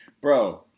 Bro